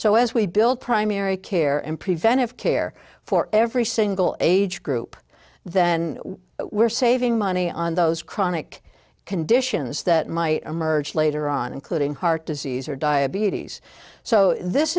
so as we build primary care and preventive care for every single age group then we're saving money on those chronic conditions that might emerge later on including heart disease or diabetes so this